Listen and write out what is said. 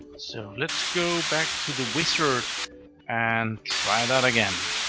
so let's go back to the wizard and try that again.